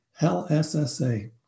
LSSA